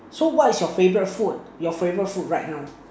so what is your favourite food your favourite food right now